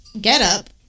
getup